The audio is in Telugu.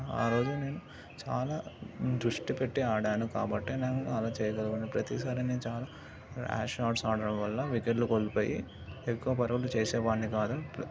ఆ రోజు నేను చాలా దృష్టి పెట్టి ఆడాను కాబట్టే నేను అలా చేయగలిగాను ప్రతీసారి నేను చాలా ర్యాష్ షాట్స్ ఆడటం వల్ల వికెట్లు కోల్పోయి ఎక్కువ పరుగులు చేసే వాన్ని కాదు